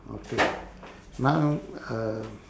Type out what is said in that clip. okay now uh